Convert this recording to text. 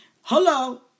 Hello